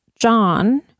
John